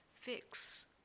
Fix